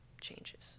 changes